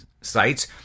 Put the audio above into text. sites